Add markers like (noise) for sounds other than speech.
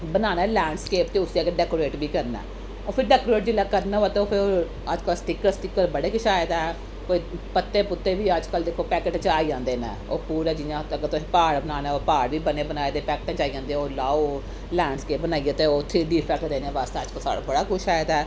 बनाना ऐ landscape ते उस्सी अग्गें डैकोरेट बी करना ऐ और फिर डेकोरेट जेल्लै करना होवै ते ओह् फिर अजकल्ल स्टिकर स्टिकर बड़े किश आए दा ऐ कोई पत्ते पुत्ते बी अजकल्ल दिक्खो पैकट च आई जंदे न ओह् पूरा जि'यां अगर तुसें प्हाड़ बनाना ओह् प्हाड़ बी बने बनाए दे पैकटें च आई जंदे ओह् लाओ लैंड स्केप बनाइयै ते उत्थै (unintelligible) देने आस्तै अजकल्ल साढ़े कोल बड़ा कुछ आए दा ऐ